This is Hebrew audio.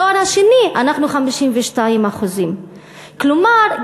בתואר השני אנחנו 52%. כלומר,